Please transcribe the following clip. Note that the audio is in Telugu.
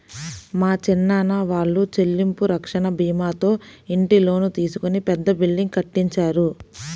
మా చిన్నాన్న వాళ్ళు చెల్లింపు రక్షణ భీమాతో ఇంటి లోను తీసుకొని పెద్ద బిల్డింగ్ కట్టించారు